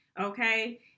okay